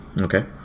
Okay